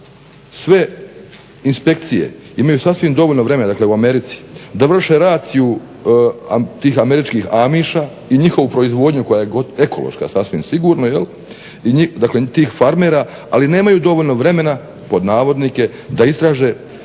sve inspekcije imaju sasvim dovoljno vremena u Americi da vrše raciju tih američkih Amiša i njihovu proizvodnju koja je ekološka sasvim sigurno i tih farmera ali nemaju dovoljno "vremena" da istraže